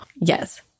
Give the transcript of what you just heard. Yes